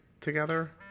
together